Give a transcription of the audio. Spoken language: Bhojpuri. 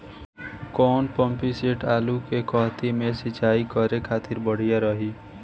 कौन पंपिंग सेट आलू के कहती मे सिचाई करे खातिर बढ़िया रही?